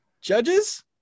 judges